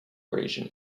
region